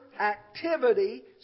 activity